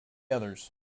others